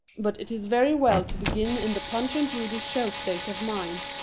but it is very well to begin in the punch-and-judy-show state of mind,